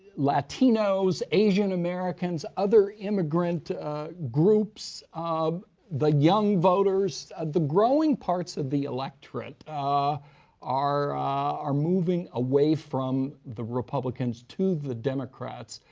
latinos, asian americans, other immigrant groups um the young voters. the growing parts of the electorate are are moving away from the republicans to the democrats.